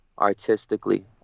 artistically